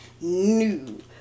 new